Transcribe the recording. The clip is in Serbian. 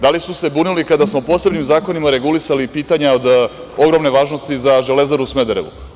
Da li su se bunili kada smo posebnim zakonima regulisali pitanja od ogromne važnosti za "Železaru Smederevo"